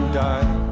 die